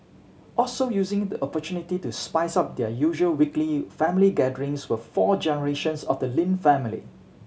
also using the opportunity to spice up their usual weekly family gatherings were four generations of the Lin family